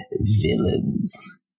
villains